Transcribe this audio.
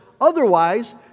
otherwise